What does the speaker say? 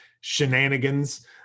shenanigans